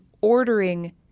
ordering